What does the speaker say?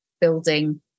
building